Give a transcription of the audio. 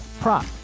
prop